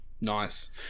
Nice